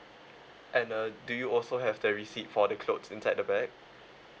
and uh do you also have the receipt for the clothes inside the bag